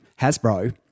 Hasbro